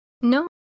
No